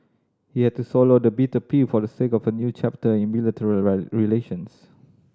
he had to swallow the bitter pill for the sake of a new chapter in relations